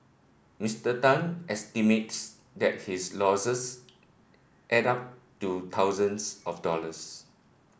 Mister Tan estimates that his losses add up to thousands of dollars